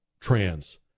trans